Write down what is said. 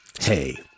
Hey